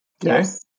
Yes